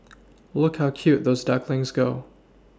look how cute those ducklings go